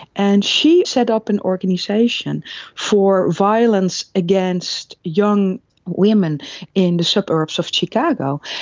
and she set up an organisation for violence against young women in the suburbs of chicago.